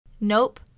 Nope